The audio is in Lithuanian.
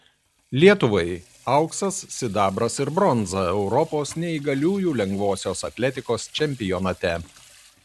lietuvai auksas sidabras ir bronza europos neįgaliųjų lengvosios atletikos čempionate